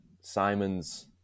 Simons